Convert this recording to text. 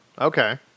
okay